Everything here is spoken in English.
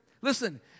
Listen